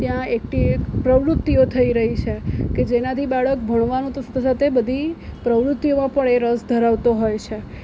ત્યાં એકથી એક પ્રવૃતિઓ થઈ રહી છે કે જેનાથી બાળક ભણવાનું તો સાથે બધી પ્રવૃતિઓમાં પણ એ રસ ધરાવતો હોય છે